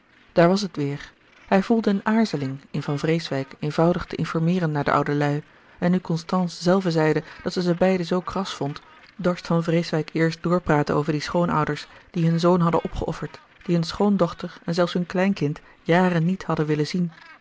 daar was het weêr hij voelde eene aarzeling in van vreeswijck eenvoudig te informeeren naar de oude lui en nu constance zelve zeide dat zij ze beiden zoo kras vond dorst van vreeswijck eerst doorpraten over die schoonouders die hun zoon hadden opgeofferd die hunne schoondochter en zelfs hun kleinkind jaren niet hadden willen zien